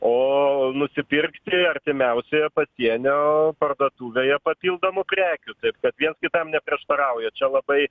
o nusipirkti artimiausioje pasienio parduotuvėje papildomų prekių taip kad viens kitam neprieštarauja čia labai